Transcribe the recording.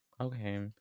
okay